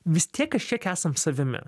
vis tiek kažkiek esam savimi